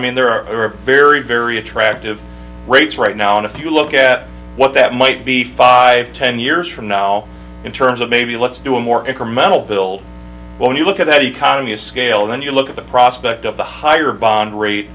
mean there are very very attractive rates right now and if you look at what that might be five ten years from now in terms of maybe let's do a more incremental bill when you look at that economy of scale then you look at the prospect of the higher bond rate